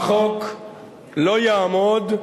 החוק לא יעמוד,